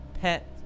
pet